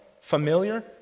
Familiar